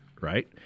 right